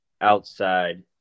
outside